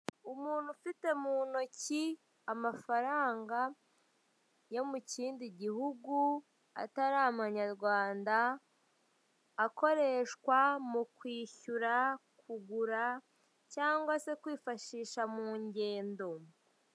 Umuntu ufite mu ntoki amafaranga yo mu kindi gihugu atari amanyarwanda akoreshwa mu kwishyura, kugura cyangwa se kwifashisha mu ngendo.